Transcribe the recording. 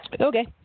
Okay